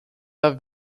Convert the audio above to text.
der